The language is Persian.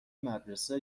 مدرسه